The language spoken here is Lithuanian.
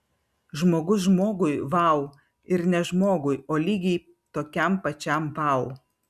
žmogus žmogui vau ir ne žmogui o lygiai tokiam pačiam vau